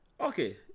Okay